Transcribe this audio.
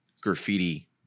graffiti